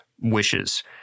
wishes